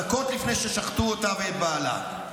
דקות לפני ששחטו אותה ואת בעלה.